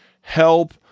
help